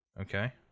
Okay